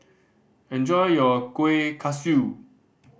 enjoy your Kueh Kaswi